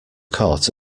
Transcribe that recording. caught